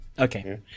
Okay